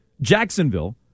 Jacksonville